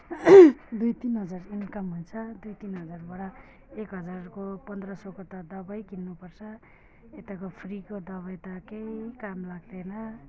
दुई तिन हजार इन्कम हुन्छ दुई तिन हजारबाट एक हजारको पन्ध्र सौको त दबाई किन्नुपर्छ यताको फ्रीको दबाई त केही काम लाग्दैन